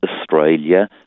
Australia